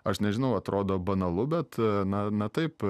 aš nežinau atrodo banalu bet na na taip